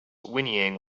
whinnying